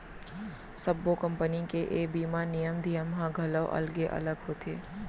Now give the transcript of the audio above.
सब्बो कंपनी के ए बीमा नियम धियम ह घलौ अलगे अलग होथे